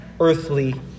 earthly